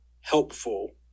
helpful